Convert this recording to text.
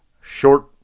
short